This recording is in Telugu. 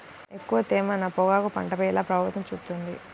ఎక్కువ తేమ నా పొగాకు పంటపై ఎలా ప్రభావం చూపుతుంది?